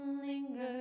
linger